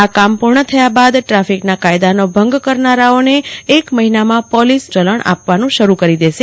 આ કામ પુર્ણ થયા બાદ ટ્રાફિકના કાયદાનો ભંગ કરનારાઓને એક મહિનામાં પોલીસ ઈ મેમોનું ચલણ આપવાનું શરૃ કરી દેશે